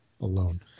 alone